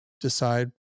decide